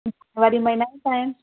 जानेवारी महिना येत आहे